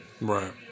Right